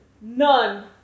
None